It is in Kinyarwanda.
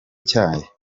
cyayo